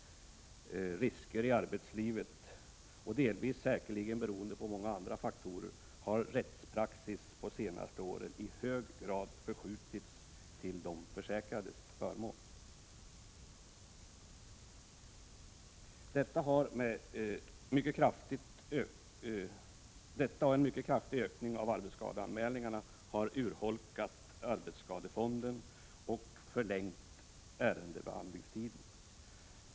1987/88:31 arbetslivet och delvis säkerligen beroende på många andra faktorer har 25 november 1987 rättspraxis de senaste åren i hög grad förskjutits till de försäkrades förmån. — dar Detta och en mycket kraftig ökning av arbetsskadeanmälningar har urholkat arbetsskadefonden och förlängt ärendebehandlingstiden.